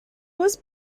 was